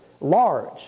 large